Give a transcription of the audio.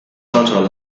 total